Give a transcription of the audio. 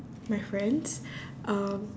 my friends uh